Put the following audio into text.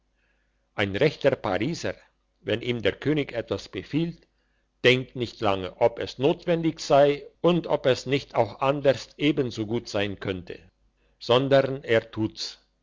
ein rechter pariser wenn ihm der könig etwas befiehlt denkt nicht lange ob es notwendig sei und ob es nicht auch anderst ebensogut sein könnte sondern er tut's